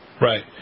Right